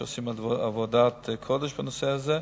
שעושים עבודת קודש בנושא הזה.